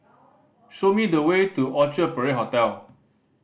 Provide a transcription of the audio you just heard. show me the way to Orchard Parade Hotel